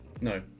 No